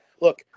look